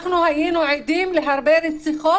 היינו עדים להרבה רציחות.